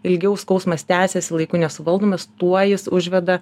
ilgiau skausmas tęsiasi laiku nesuvaldomas tuo jis užveda